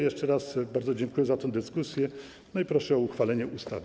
Jeszcze raz bardzo dziękuję za tę dyskusję i proszę o uchwalenie ustawy.